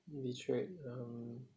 betrayed um